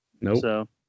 Nope